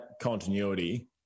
continuity